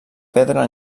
pedra